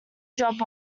job